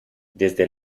desde